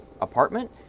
apartment